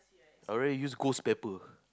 I rather use ghost pepper